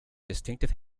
distinctive